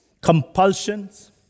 Compulsions